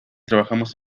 trabajamos